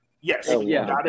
Yes